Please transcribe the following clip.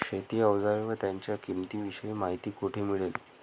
शेती औजारे व त्यांच्या किंमतीविषयी माहिती कोठे मिळेल?